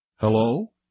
Hello